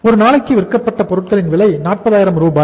ஒரு நாளுக்கு விற்கப்பட்ட பொருட்களின் விலை 40000 ரூபாய்